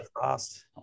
fast